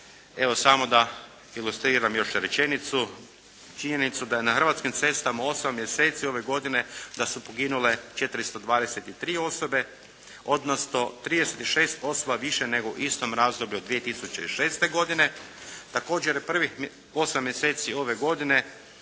Evo samo da ilustriram još rečenicu, činjenicu da je na hrvatskim cestama u 8 mjeseci ove godine da su poginule 423 osobe odnosno 36 osoba više nego u istom razdoblju od 2006. godine. Također prvih 8 mjeseci ove godine